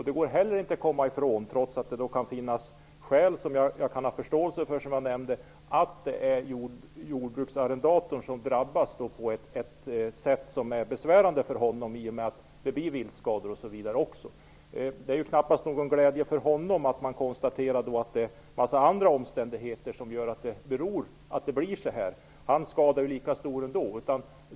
Det går heller inte att komma ifrån, trots att det som jag nämnde finns skäl som jag kan ha förståelse för, att det är jordbruksarrendatorn som drabbas på ett sätt som är besvärande för honom. Det blir viltskador osv. Det är knappast till glädje för honom att man konstaterar att det är en massa andra omständigheter som gör att det blir så här. Hans skador är lika stora ändå.